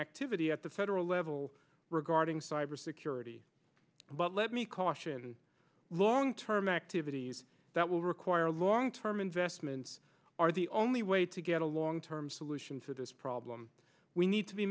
activity at the federal level regarding cybersecurity but let me caution long term activities that will require long term investments are the only way to get a long term solution to this problem we need to be